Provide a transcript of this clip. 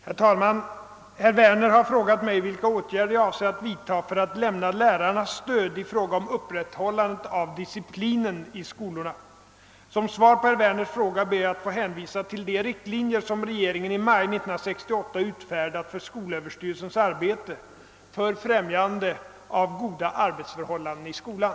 Herr talman! Herr Werner har frågat mig vilka åtgärder jag avser att vidta för att lämna lärarna stöd i fråga om upprätthållande av disciplinen i skolorna. Som svar på herr Werners fråga ber jag att få hänvisa till de riktlinjer som regeringen i maj 1968 utfärdat för skolöverstyrelsens arbete för främjande av goda arbetsförhållanden i skolan.